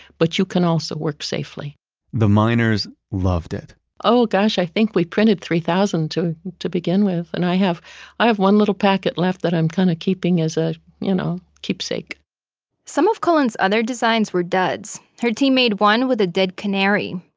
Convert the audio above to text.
but you can also work safely the miners loved it oh gosh. i think we printed three thousand to to begin with. and i have i have one little packet left that i'm kind of keeping as a you know keepsake some of cullen's other designs were duds. her team made one with a dead canary.